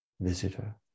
visitor